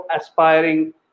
aspiring